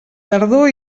tardor